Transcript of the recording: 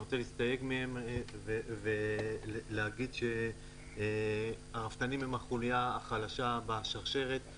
ואני רוצה להסתייג מהם ולהגיד שהרפתנים הם החוליה החלשה בשרשרת,